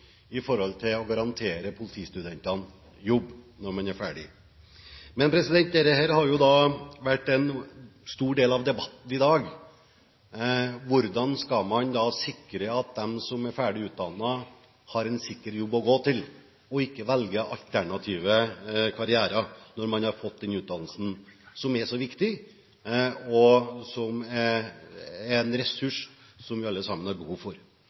å garantere politistudentene jobb når de er ferdige. Dette har jo vært en stor del av debatten i dag: Hvordan skal man da sikre at de som er ferdig utdannet, har en sikker jobb å gå til, og at de ikke velger alternative karrierer når de har fått den utdannelsen som er så viktig, og som er en ressurs som vi alle har behov for?